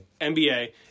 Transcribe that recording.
NBA